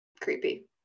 creepy